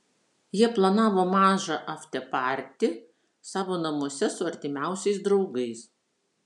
jie planavo mažą aftepartį savo namuose su artimiausiais draugais